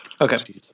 Okay